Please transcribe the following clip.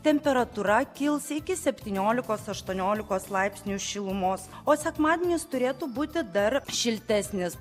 temperatūra kils iki septyniolikos aštuoniolikos laipsnių šilumos o sekmadienis turėtų būti dar šiltesnis